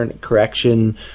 correction